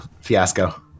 fiasco